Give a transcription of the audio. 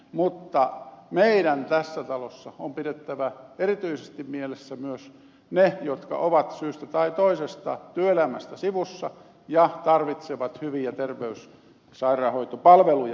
mutta meidän tässä talossa on pidettävä erityisesti mielessä myös ne jotka ovat syystä tai toisesta työelämästä sivussa ja tarvitsevat hyviä terveys ja sairaanhoitopalveluja